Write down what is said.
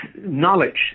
knowledge